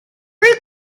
been